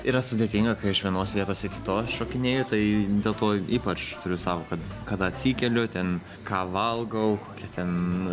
yra sudėtinga kai iš vienos vietos į kitos šokinėju tai dėl to ypač turiu savo kad kada atsikeliu ten ką valgau kokią ten